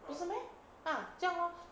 不是 meh ah 这样 lor